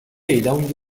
iraun